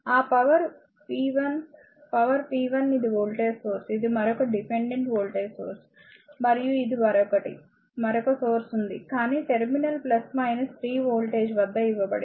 ఆ power p power p 1 ఇది voltage source ఇది మరొక డిపెండెంట్ వోల్టేజ్ సోర్స్ మరియు ఇది మరొకటి మరొక సోర్స్ ఉంది కానీ టెర్మినల్ 3 వోల్టేజ్ ఇవ్వబడింది